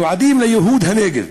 מיועדים לייהוד הנגב.